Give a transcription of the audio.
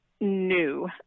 new